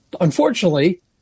unfortunately